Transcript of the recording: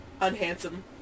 Unhandsome